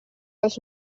els